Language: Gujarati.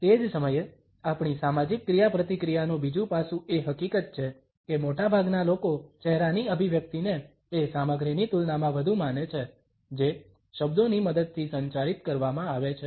તે જ સમયે આપણી સામાજિક ક્રિયાપ્રતિક્રિયાનું બીજું પાસું એ હકીકત છે કે મોટાભાગના લોકો ચહેરાની અભિવ્યક્તિને એ સામગ્રીની તુલનામાં વધુ માને છે જે શબ્દોની મદદથી સંચારિત કરવામાં આવે છે